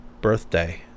birthday